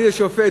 איזה שופט,